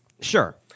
sure